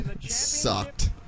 sucked